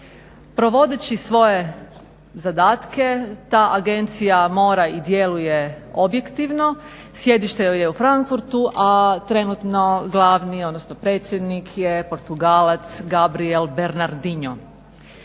Provodeći svoje zadatke ta agencija mora i djeluje objektivno, sjedište joj je u Frankfurtu, a trenutno glavni, odnosno predsjednik je Portugalac Gabriel Bernardino.